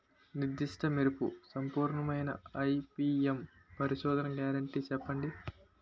నిర్దిష్ట మెరుపు సంపూర్ణమైన ఐ.పీ.ఎం పరిశోధన గ్యారంటీ చెప్పండి?